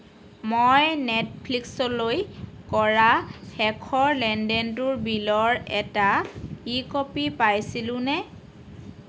মই নেটফ্লিক্সলৈ কৰা শেষৰ লেনদেনটোৰ বিলৰ এটা ই কপি পাইছিলোঁনে